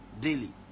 daily